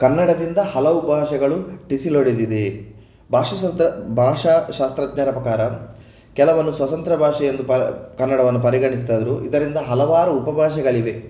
ಕನ್ನಡದಿಂದ ಹಲವು ಭಾಷೆಗಳು ಟಿಸಿಲೊಡೆದಿದೆ ಭಾಷಾ ಶಾಸ್ತ್ರ ಭಾಷಾ ಶಾಸ್ತ್ರಜ್ಞರ ಪ್ರಕಾರ ಕೆಲವನ್ನು ಸ್ವತಂತ್ರ ಭಾಷೆಯೆಂದು ಕನ್ನಡವನ್ನು ಪರಿಗಣಿಸಿದಾದ್ರು ಇದರಿಂದ ಹಲವಾರು ಉಪಭಾಷೆಗಳಿವೆ